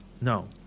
No